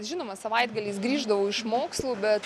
žinoma savaitgaliais grįždavau iš mokslų bet